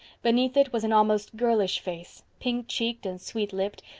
beneath it was an almost girlish face, pink cheeked and sweet lipped,